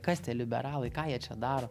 kas tie liberalai ką jie čia daro